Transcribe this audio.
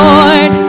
Lord